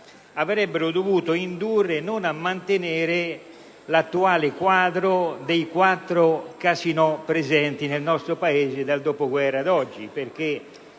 avrebbero dovuto indurre non a mantenere l'attuale quadro dei quattro casinò presenti nel nostro Paese dal dopoguerra ad oggi: